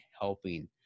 helping